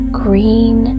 green